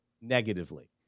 negatively